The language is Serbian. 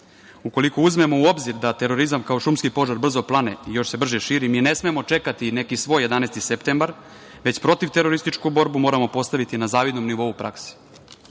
Ukoliko uzmemo u obzir da terorizam kao šumski požar brzo plane, a još se brže širi, mi ne smemo čekati neki svoj 11. septembar, već protivterorističku borbu moramo postaviti na zavidnom nivou u